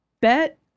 Bet